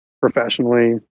professionally